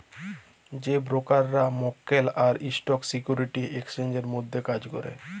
যে ব্রকাররা মক্কেল আর স্টক সিকিউরিটি এক্সচেঞ্জের মধ্যে কাজ ক্যরে